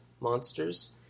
monsters